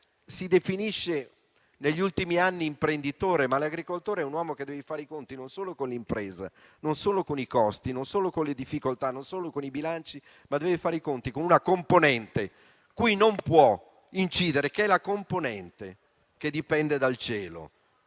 si definisce negli ultimi anni imprenditore, ma l'agricoltore è un uomo che deve fare i conti non solo con l'impresa, non solo con i costi, non solo con le difficoltà, non solo con i bilanci, ma anche con una componente su cui non può incidere, che è quella che dipende dal cielo,